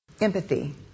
Empathy